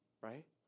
right